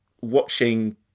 watching